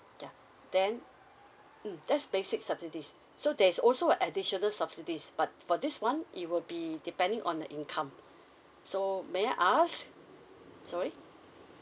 yeah then mm that's basic subsidies so there is also a additional subsidies but for this one it will be depending on the income so may I ask sorry